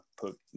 put